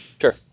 Sure